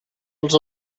els